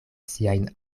siajn